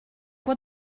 what